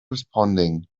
responding